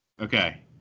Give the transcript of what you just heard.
Okay